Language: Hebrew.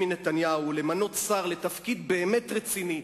נתניהו למנות שר לתפקיד באמת רציני,